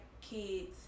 kids